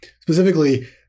specifically